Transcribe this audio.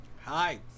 Hi